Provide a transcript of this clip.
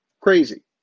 Crazy